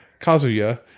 Kazuya